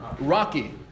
Rocky